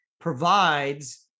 provides